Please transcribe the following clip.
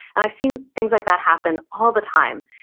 and i've seen things like that happen all the time,